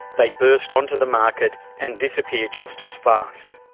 they burst onto the market and disappear just as fast.